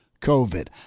COVID